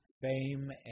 fame